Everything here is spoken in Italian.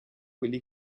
quelli